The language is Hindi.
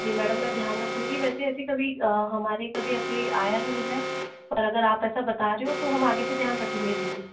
जी मैडम मैं ध्यान रखूंगी वैसे ऐसी कभी हमारे कभी ऐसे आया नहीं है और अगर आप ऐसा बता रही हो तो हम आगे से ध्यान रखेंगे बिल्कुल